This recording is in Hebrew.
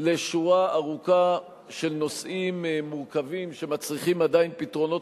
לשורה ארוכה של נושאים מורכבים שמצריכים עדיין פתרונות